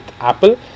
Apple